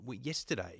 yesterday